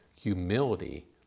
Humility